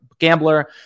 gambler